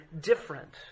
different